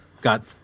got